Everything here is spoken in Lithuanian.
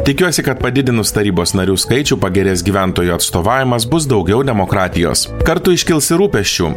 tikiuosi kad padidinus tarybos narių skaičių pagerės gyventojų atstovavimas bus daugiau demokratijos kartu iškils ir rūpesčių